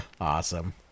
Awesome